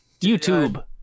youtube